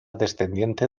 descendiente